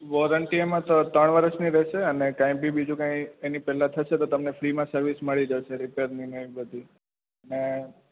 warranty એમાં તો ત્રણ વર્ષની રહેશે અને કયબી બીજું કઈ એની પહેલા થશે તો તમને ફરી સર્વિસ મળી જશે રીપેરની એવી બધીને